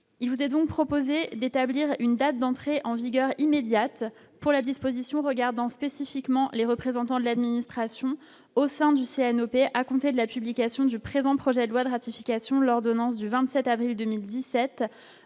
il vous est donc proposé d'établir une date d'entrée en vigueur immédiate pour la disposition regardant spécifiquement les représentants de l'administration au sein du CNO, à compter de la publication du présent projet de loi de ratification, l'ordonnance du 27 avril 2017